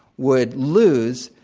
would lose,